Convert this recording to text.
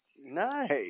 Nice